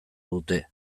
dute